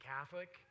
Catholic